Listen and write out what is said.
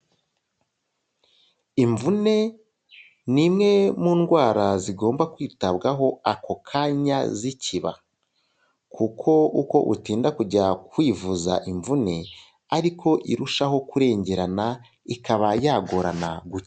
Imvune ni imwe mu ndwara zigomba kwitabwaho ako kanya zikiba. Kuko uko utinda kujya kwivuza imvune, ari ko irushaho kurengerana, ikaba yagorana gukira.